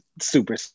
super